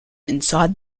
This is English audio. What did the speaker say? inside